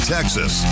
Texas